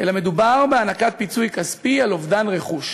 אלא מדובר בהענקת פיצוי כספי על אובדן רכוש.